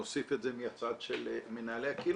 נוסיף את זה מהצד של מנהלי הקהילות.